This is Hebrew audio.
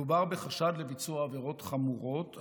מדובר בחשד לביצוע עבירות חמורות,